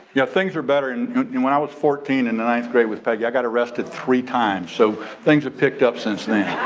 yeah, things are better. and when i was fourteen in the ninth grade with peggy, i got arrested three times so things have picked up since then.